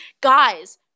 guys